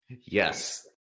Yes